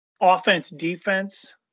offense-defense